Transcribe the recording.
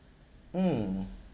mm